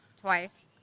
Twice